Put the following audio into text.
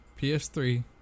PS3